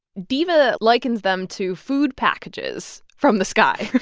diva likens them to food packages from the sky.